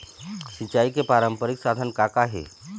सिचाई के पारंपरिक साधन का का हे?